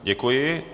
Děkuji.